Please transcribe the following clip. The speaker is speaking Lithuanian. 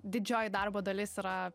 didžioji darbo dalis yra